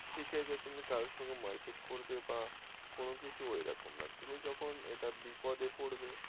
শিখে যে তুমি কারোর সঙ্গে মারপিট করবে বা কোনো কিছু ওইরকম না তুমি যখন এটা বিপদে পড়বে